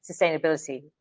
sustainability